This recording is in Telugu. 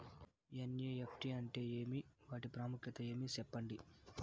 ఎన్.ఇ.ఎఫ్.టి అంటే ఏమి వాటి ప్రాముఖ్యత ఏమి? సెప్పండి?